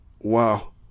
wow